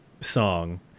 song